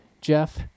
Jeff